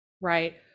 right